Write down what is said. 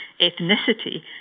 ethnicity